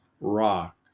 rock